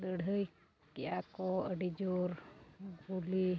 ᱞᱟᱹᱲᱦᱟᱹᱭ ᱠᱮᱜ ᱟᱠᱚ ᱟᱹᱰᱤ ᱡᱳᱨ ᱜᱩᱞᱤ